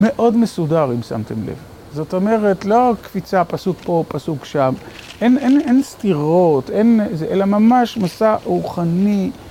מאוד מסודר, אם שמתם לב. זאת אומרת, לא קפיצה פסוק פה, פסוק שם, אין סתירות, אלא ממש מסע רוחני.